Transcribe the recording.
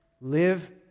Live